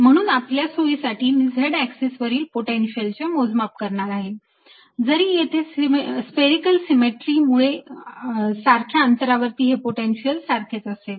म्हणून आपल्या सोयीसाठी मी z अॅक्सिस वरील पोटेन्शियल चे मोजमाप करणार आहे जरी येथे स्पेरिकेल सिमेट्री मुळे सारख्या अंतरावरती पोटेन्शिअल हे सारखेच असेल